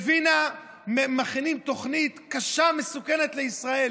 בווינה מכינים תוכנית קשה ומסוכנת לישראל.